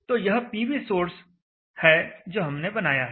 तो यह PVsource है जो हमने बनाया है